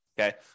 Okay